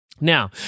Now